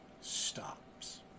stops